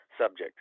subject